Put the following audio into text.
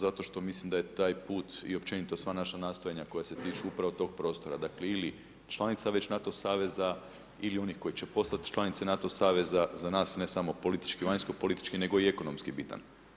Zato što mislim da je taj put i općenito sva naša nastojanja koja se tiču upravo tog prostora, dakle, ili članica već NATO saveza ili oni koji će postati članice NATO saveza za nas ne samo politički, vanjskopolitički, nego i ekonomski bitan.